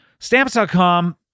Stamps.com